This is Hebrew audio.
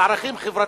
על ערכים חברתיים,